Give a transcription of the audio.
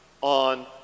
on